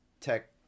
tech